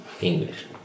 English